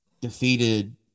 defeated